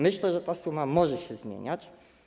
Myślę, że ta suma może się zmieniać.